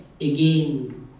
again